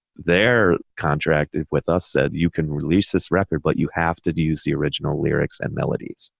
their contractor with us said, you can release this record, but you have to use the original lyrics and melodies.